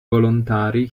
volontari